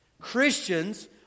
Christians